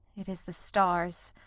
it is the stars,